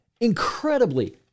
incredibly